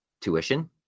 tuition